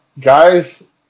guys